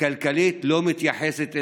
הכלכלית לא מתייחסת אליהם.